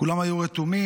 כולם היו רתומים.